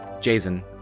Jason